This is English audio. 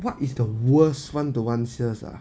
what is the worst one to one sales ah